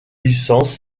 licence